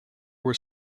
were